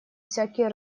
всякие